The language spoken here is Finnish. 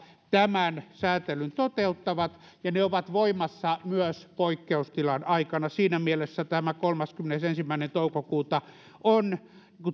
tämän sääntelyn toteuttavat ja ne ovat voimassa myös poikkeustilan aikana siinä mielessä tämä kolmaskymmenesensimmäinen toukokuuta on